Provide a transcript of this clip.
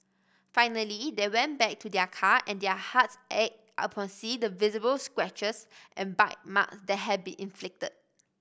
finally they went back to their car and their hearts ached upon seeing the visible scratches and bite mark that had been inflicted